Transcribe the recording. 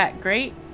great